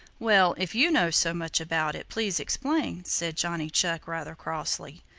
well, if you know so much about it, please explain, said johnny chuck rather crossly.